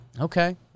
Okay